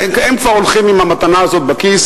הם כבר הולכים עם המתנה הזו בכיס,